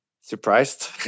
surprised